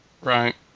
Right